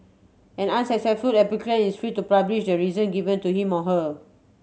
an unsuccessful applicant is free to publish the reason given to him or her